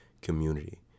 community